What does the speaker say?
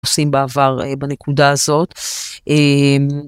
עושים בעבר בנקודה הזאת.